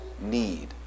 need